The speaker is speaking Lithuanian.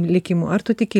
likimu ar tu tiki